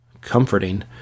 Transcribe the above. Comforting